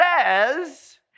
says